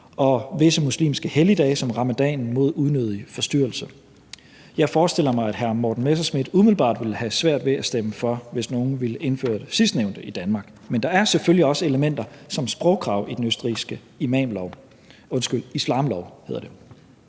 og visse muslimske helligdage som ramadanen mod unødig forstyrrelse. Jeg forestiller mig, at hr. Morten Messerschmidt umiddelbart ville have svært ved at stemme for, hvis nogen ville indføre det sidstnævnte i Danmark. Men der er selvfølgelig også elementer som sprogkrav i den østrigske islamlov.